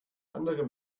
andere